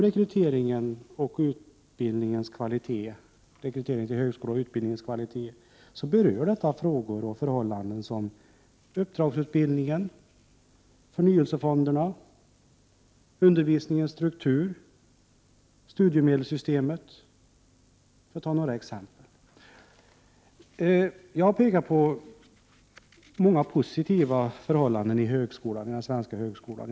Rekryteringen till högskolan och utbildningens kvalitet berör frågor och förhållanden som uppdragsutbildningen, förnyelsefonderna, undervisningens struktur och studiemedelssystemet, för att ta några exempel. Jag har pekat på många positiva förhållanden i den svenska högskolan.